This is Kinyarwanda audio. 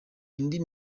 indi